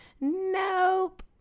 nope